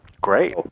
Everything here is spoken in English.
Great